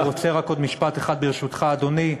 אני רוצה רק עוד משפט אחד, ברשותך, אדוני,